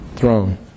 throne